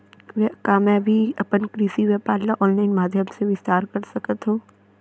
का मैं भी अपन कृषि व्यापार ल ऑनलाइन माधयम से विस्तार कर सकत हो?